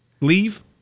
leave